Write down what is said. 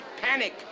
panic